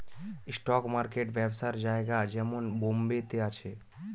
stock market ব্যবসার জায়গা যেমন বোম্বে তে আছে